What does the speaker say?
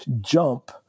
jump